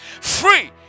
Free